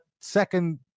second